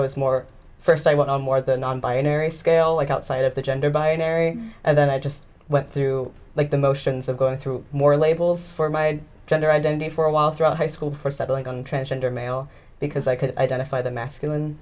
was more first i went on more than non binary scale like outside of the gender by unary and then i just went through the motions of going through more labels for my gender identity for a while throughout high school before settling on transgender male because i could identify the masculine